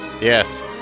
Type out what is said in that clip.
Yes